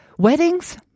Weddings